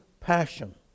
passion